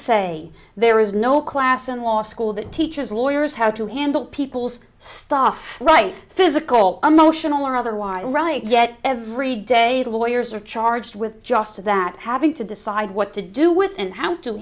say there is no class in law school that teaches lawyers how to handle people's stuff right physical emotional or otherwise yet every day lawyers are charged with just that having to decide what to do with and how to